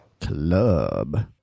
Club